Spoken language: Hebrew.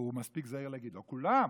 והוא מספיק זהיר להגיד: לא כולם,